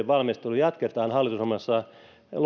valmistelua jatketaan hallitusohjelmassa